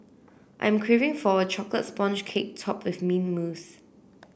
I am craving for a chocolate sponge cake topped with mint mousse